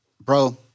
bro